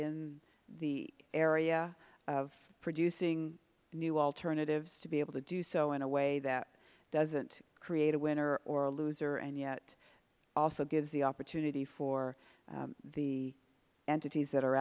in the area of producing new alternatives to be able to do so in a way that don't create a winner or a loser and yet also gives the opportunity for the entities that are